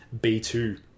B2